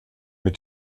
mit